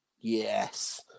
yes